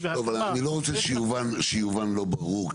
והקמה --- אני לא רוצה שיובן לא ברור.